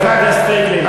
חבר הכנסת פייגלין,